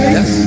Yes